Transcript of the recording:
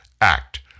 Act